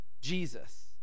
Jesus